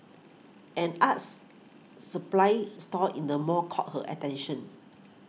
an us supplies store in the mall caught her attention